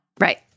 Right